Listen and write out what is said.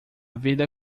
vida